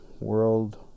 world